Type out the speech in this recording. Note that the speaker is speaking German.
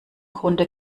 grunde